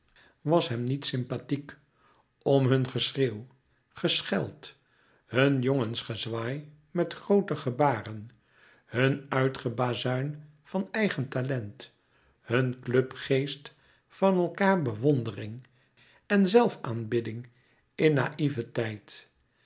was hem niet sympathiek om hun geschreeuw gescheld hun jongensgezwaai met groote gebaren hun uitgebazuin van eigen talent hun clubgeest van elkaâr bewondering en zelf aanbidding in naïveteit